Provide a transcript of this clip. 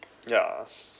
yeah